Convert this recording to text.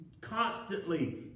constantly